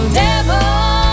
devil